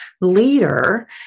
leader